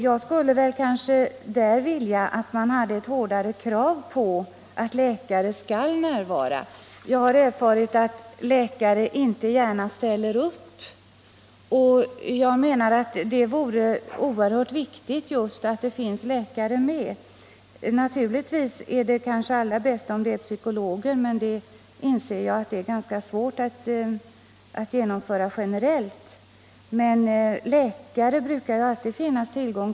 Jag skulle önska att man hade ett hårdare krav, nämligen att läkare skall närvara. Jag har erfarit att läkare inte gärna ställer upp vid sådana här hämtningar. Jag anser att det är oerhört viktigt att det finns en läkare med. Allra bäst vore det kanske om en psykolog vore närvarande, men jag inser att det kan vara svårt att generellt införa ett sådant krav.